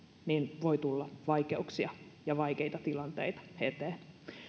voi tulla vaikeuksia ja vaikeita tilanteita eteen